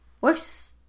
works